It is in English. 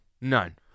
none